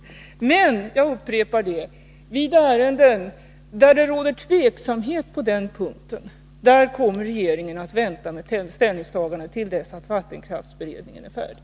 Men jag upprepar att om det gäller ärenden där det råder tveksamhet på den punkten, då kommer regeringen att vänta med sitt ställningstagande till dess att vattenkraftsberedningen är färdig.